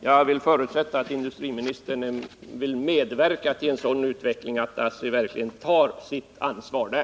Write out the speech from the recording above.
Jag förutsätter att industriministern vill medverka till att ASSI tar sitt ansvar där.